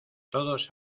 todos